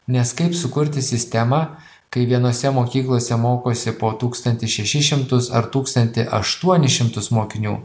nes kaip sukurti sistemą kai vienose mokyklose mokosi po tūkstantį šešis šimtus ar tūkstantį aštuonis šimtus mokinių